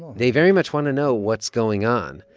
they very much want to know what's going on,